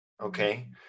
Okay